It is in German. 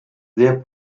sehr